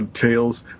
Tales